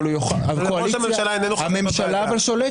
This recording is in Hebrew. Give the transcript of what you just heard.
אבל הממשלה שולטת.